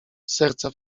serca